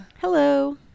Hello